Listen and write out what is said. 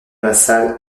lassalle